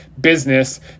business